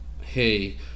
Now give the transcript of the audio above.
hey